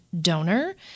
donor